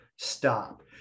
stop